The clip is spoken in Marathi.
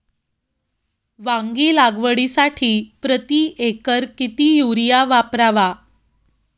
वांगी लागवडीसाठी प्रति एकर किती युरिया वापरावा?